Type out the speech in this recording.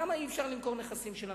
למה אי-אפשר למכור נכסים של המדינה?